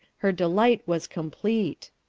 her delight was complete.